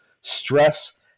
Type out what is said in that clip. stress